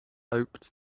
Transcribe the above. hoped